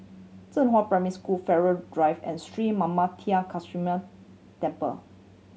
Zhenghua Primary School Farrer Drive and Sri Manmatha Karuneshvarar Temple